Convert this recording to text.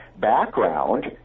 background